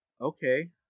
okay